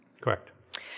Correct